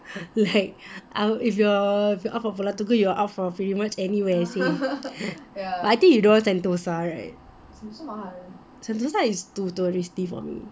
like I'm if you're if you're up for pulau tekong you're up for pretty much anywhere seh but I think you don't want sentosa right sentosa is too touristy for me